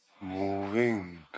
moving